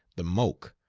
the moke,